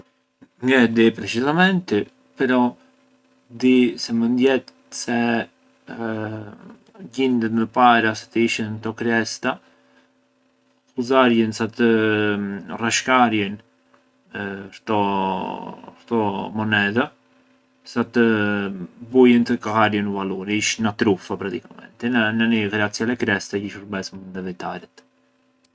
Ngë e di precisamenti, però di se mënd jet se gjindet më para se të ishën këto kresta ghuzarjën sa të rashkarjën këto-këto monedha sa të bujën të kallarjën u valuri, ish na truffa praticamenti, na-nani ghrazji a ste creste kji shurbes mënd evitaret.